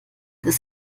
das